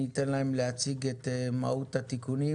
אני אתן להם להציג את מהות התיקונים,